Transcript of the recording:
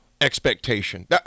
expectation